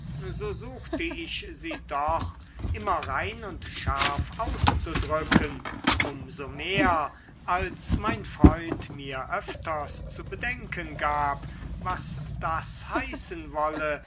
so suchte ich sie doch immer rein und scharf auszudrücken um so mehr als mein freund mir öfters zu bedenken gab was das heißen wolle